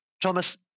Thomas